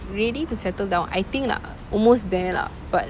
ready to settle down I think lah almost there lah but